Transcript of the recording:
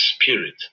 spirit